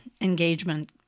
engagement –